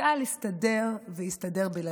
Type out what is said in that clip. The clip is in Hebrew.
צה"ל הסתדר ויסתדר בלעדיך.